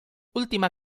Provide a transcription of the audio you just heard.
ultima